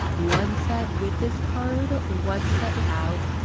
one set with this card, one set without.